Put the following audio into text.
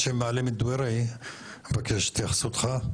אבקש את התייחסותך.